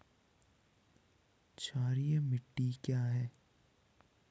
क्षारीय मिट्टी क्या है?